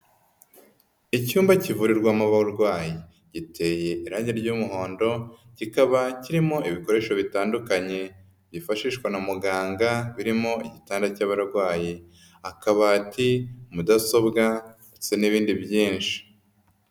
Icyumba kivurirwamo aba barwayi giteye irangi ry'umuhondo, kikaba kirimo ibikoresho bitandukanye byifashishwa na muganga birimo igitanda cy'abarwayi, akabati, mudasobwa ndetse n'ibindi byinshi.